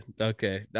Okay